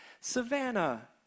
Savannah